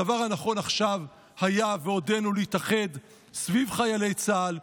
הדבר הנכון עכשיו היה ועודנו להתאחד סביב חיילי צה"ל,